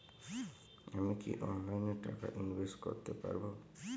আমি কি অনলাইনে টাকা ইনভেস্ট করতে পারবো?